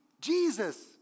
Jesus